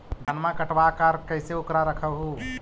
धनमा कटबाकार कैसे उकरा रख हू?